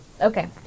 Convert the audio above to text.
Okay